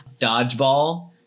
Dodgeball